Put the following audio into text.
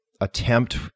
attempt